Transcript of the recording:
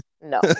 No